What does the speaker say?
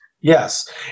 yes